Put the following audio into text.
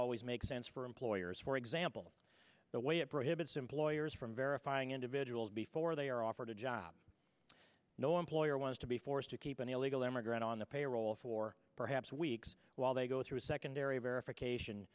always make sense for employers for example the way it prohibits employers from verifying individuals before they are offered a job no employer wants to be forced to keep an illegal immigrant on the payroll for perhaps weeks while they go through secondary verification